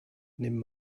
nimm